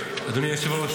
אדוני היושב-ראש,